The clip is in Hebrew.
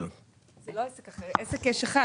זה לא עסק אחר; עסק יש אחד,